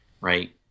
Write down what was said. Right